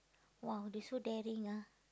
!wow! they so daring ah